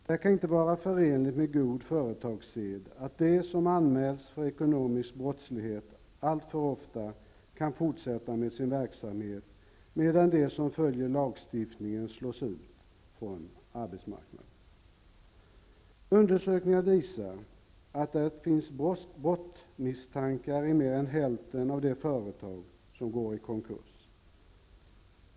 Det kan inte vara förenligt med god företagssed att de som anmäls för ekonomisk brottslighet alltför ofta kan fortsätta med sin verksamhet medan de som följer lagstiftningen slås ut från arbetsmarknaden. Undersökningar visar att det finns brottsmisstankar när det gäller mer än hälften av de företag som går i konkurs.